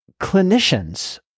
clinicians